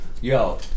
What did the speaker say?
Yo